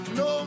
no